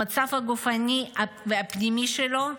המצב הגופני והפנימי שלו,